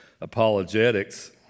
apologetics